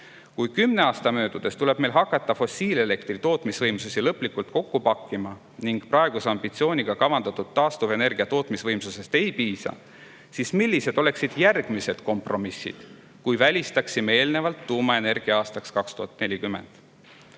Kui kümne aasta möödudes tuleb meil hakata fossiilelektri tootmise võimsusi lõplikult kokku pakkima ning praeguse ambitsiooniga kavandatud taastuvenergia tootmise võimsusest ei piisa, siis millised oleksid järgmised kompromissid, kui oleksime eelnevalt välistanud